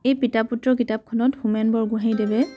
এই পিতা পুত্ৰ কিতাপখনত হোমেন বৰগোহাঞিদেৱে